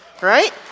Right